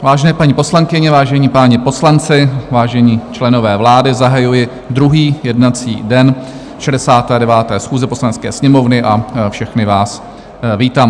Vážené paní poslankyně, vážení páni poslanci, vážení členové vlády, zahajuji druhý jednací den 69. schůze Poslanecké sněmovny a všechny vás vítám.